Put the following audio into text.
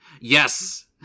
Yes